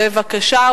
בבקשה,